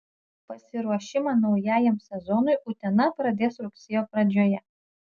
pasiruošimą naujajam sezonui utena pradės rugsėjo pradžioje